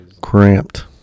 cramped